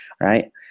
right